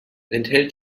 enthält